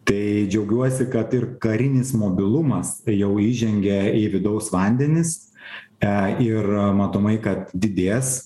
tai džiaugiuosi kad ir karinis mobilumas jau įžengia į vidaus vandenis e ir matomai kad didės